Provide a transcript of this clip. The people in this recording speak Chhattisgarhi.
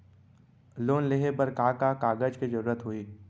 लोन लेहे बर का का कागज के जरूरत होही?